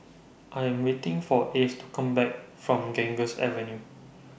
I Am waiting For Ace to Come Back from Ganges Avenue